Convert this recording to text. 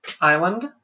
Island